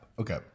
Okay